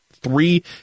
Three